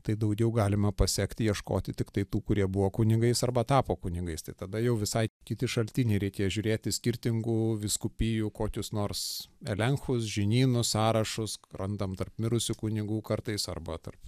tai daugiau galima pasekti ieškoti tiktai tų kurie buvo kunigais arba tapo kunigais tai tada jau visai kiti šaltiniai reikia žiūrėti skirtingų vyskupijų kokius nors elenchus žinynus sąrašus randam tarp mirusių kunigų kartais arba tarp